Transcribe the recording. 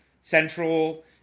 Central